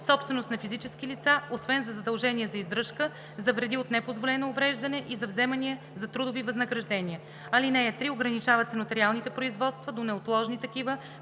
собственост на физически лица, освен за задължения за издръжка, за вреди от непозволено увреждане и за вземания за трудови възнаграждения. (3) Ограничават се нотариалните производства до неотложни такива